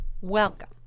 Welcome